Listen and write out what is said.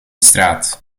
straat